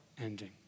ending